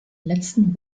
letzten